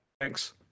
thanks